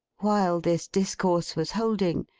while this discourse was holding,